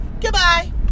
goodbye